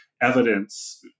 evidence